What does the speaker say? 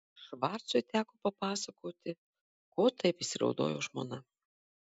švarcui teko papasakoti ko taip įsiraudojo žmona